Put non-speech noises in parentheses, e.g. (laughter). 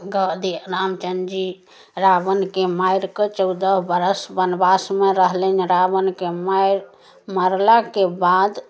(unintelligible) रामचन्द्र जी रावणके मारिकऽ चौदह बरस वनवासमे रहलनि रावणके मारि मारलाके बाद